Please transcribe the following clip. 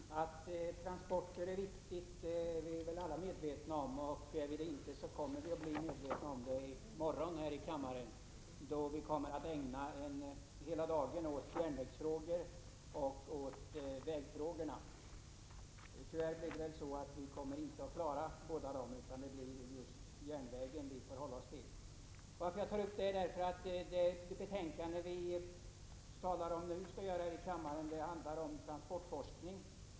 Herr talman! Att transporter är viktiga är vi väl alla medvetna om, och om vi inte är det kommer vi att bli det i morgon här i kammaren, då vi skall ägna hela dagen åt järnvägsfrågor. Tyvärr kommer vi inte att hinna med vägfrågorna, utan vi får hålla oss till just järnvägen. Jag tar upp detta därför att det betänkande som vi nu skall tala om handlar om transportforskning.